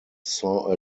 saw